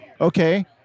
Okay